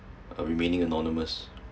uh remaining anonymous